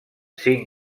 cinc